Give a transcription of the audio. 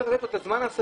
צריך לתת לו זמן סביר.